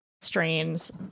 strains